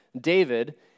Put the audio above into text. David